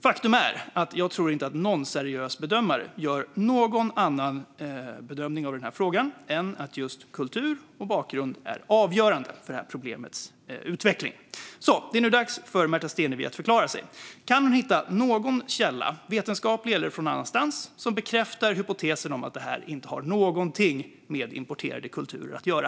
Faktum är dock att jag inte tror att någon seriös bedömare gör någon annan bedömning av frågan än just att kultur och bakgrund är avgörande för detta problems utveckling. Det är nu dags för Märta Stenevi att förklara sig. Kan hon hitta någon källa, vetenskaplig eller annan, som bekräftar hypotesen att detta inte har någonting med importerade kulturer att göra?